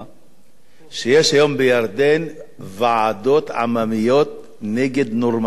שבירדן יש היום ועדות עממיות נגד נורמליזציה,